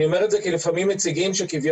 אני אומר את זה כי לפעמים מציגים שכביכול